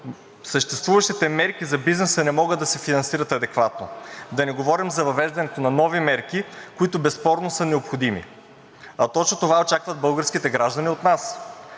Съществуващите мерки за бизнеса не могат да се финансират адекватно, да не говорим за въвеждането на нови мерки, които безспорно са необходими, а точно това очакват българските граждани от нас.